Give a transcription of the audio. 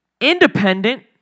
independent